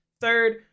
Third